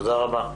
תודה רבה.